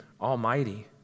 almighty